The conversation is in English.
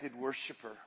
worshiper